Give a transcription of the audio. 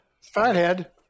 fathead